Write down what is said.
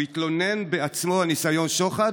הוא התלונן בעצמו על ניסיון שוחד.